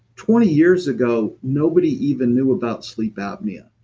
twenty years ago nobody even knew about sleep apnea.